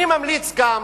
אני ממליץ גם